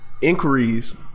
inquiries